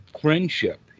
friendship